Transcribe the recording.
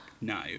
no